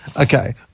Okay